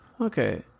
Okay